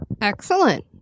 Excellent